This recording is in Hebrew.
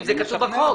אם זה כתוב בחוק.